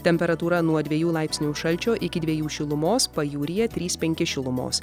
temperatūra nuo dviejų laipsnių šalčio iki dviejų šilumos pajūryje trys penki šilumos